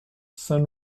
saint